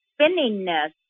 spinningness